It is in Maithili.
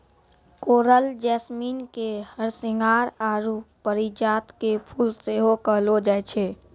कोरल जैसमिन के हरसिंहार आरु परिजात के फुल सेहो कहलो जाय छै